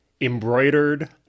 embroidered